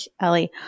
Ellie